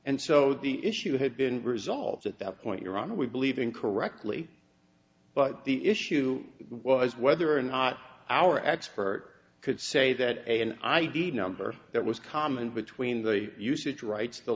and so the issue had been resolved at that point your honor we believe in correctly but the issue was whether or not our expert could say that an id number that was common between the usage rights